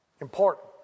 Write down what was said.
Important